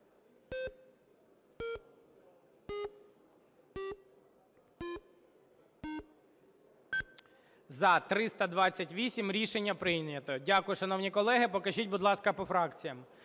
За-328 Рішення прийнято. Дякую, шановні колеги. Покажіть, будь ласка, по фракціях.